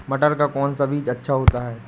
मटर का कौन सा बीज अच्छा होता हैं?